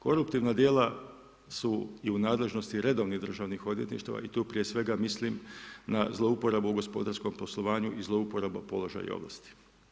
Koruptivna djela su i u nadležnosti redovnih državnih odvjetništva i tu prije svega mislim na zlouporabu u gospodarskom poslovanju i zlouporaba položaja i ovlasti.